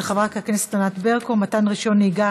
של חברת הכנסת ענת ברקו: מתן רישיון נהיגה